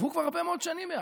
עברו כבר הרבה מאוד שנים מאז.